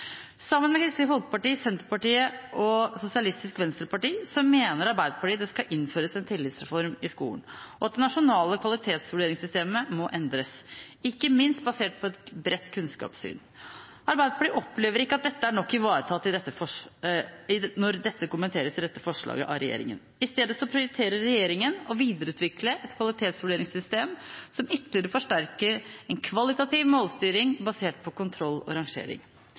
Sammen med Kristelig Folkeparti, Senterpartiet og Sosialistisk Venstreparti mener Arbeiderpartiet det skal innføres en tillitsreform i skolen, og at det nasjonale kvalitetsvurderingssystemet må endres, ikke minst basert på et bredt kunnskapssyn. Arbeiderpartiet opplever ikke at dette er nok ivaretatt – når dette kommenteres i dette forslaget – av regjeringen. I stedet prioriterer regjeringen å videreutvikle et kvalitetsvurderingssystem som ytterligere forsterker en kvalitativ målstyring basert på kontroll og rangering.